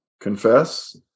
confess